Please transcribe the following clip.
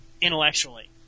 intellectually